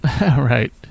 Right